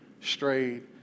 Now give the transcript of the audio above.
strayed